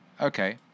Okay